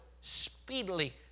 speedily